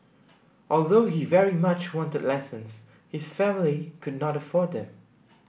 although he very much wanted lessons his family could not afford them